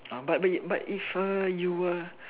but wait but if err you were